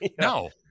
No